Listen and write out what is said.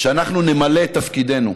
שאנחנו נמלא את תפקידנו,